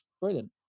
brilliant